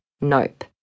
Nope